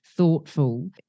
thoughtful